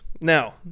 Now